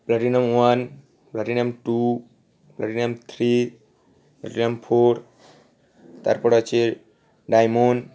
platinum one platinum two platinum three platinum four তারপর আছে diamond